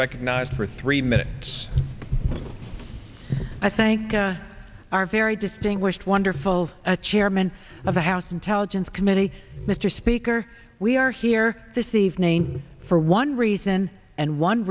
recognized for three minutes i thank our very distinguished wonderful a chairman of the house intelligence committee mr speaker we are here this evening for one reason and one